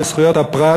וזכויות הפרט,